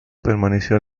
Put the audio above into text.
permaneció